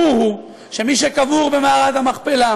ברור הוא שמי שקבור במערת המכפלה: